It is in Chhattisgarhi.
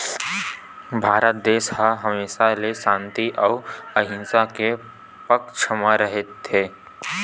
भारत देस ह हमेसा ले सांति अउ अहिंसा के पक्छ म रेहे हे